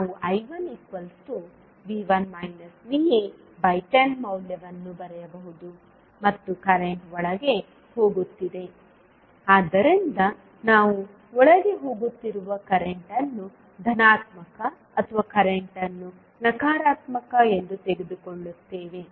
ನಾವು I110 ಮೌಲ್ಯವನ್ನು ಬರೆಯಬಹುದು ಮತ್ತು ಕರೆಂಟ್ ಒಳಗೆ ಹೋಗುತ್ತಿದೆ ಆದ್ದರಿಂದ ನಾವು ಒಳಗೆ ಹೋಗುತ್ತಿರುವ ಕರೆಂಟ್ ಅನ್ನು ಧನಾತ್ಮಕ ಅಥವಾ ಕರೆಂಟ್ ಅನ್ನು ನಕಾರಾತ್ಮಕ ಎಂದು ತೆಗೆದುಕೊಳ್ಳುತ್ತೇವೆ